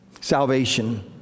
Salvation